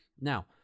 Now